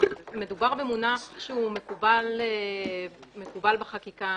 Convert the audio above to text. מדובר במונח שמקובל בחקיקה,